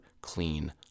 clean